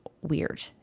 weird